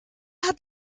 hat